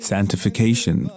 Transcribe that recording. Sanctification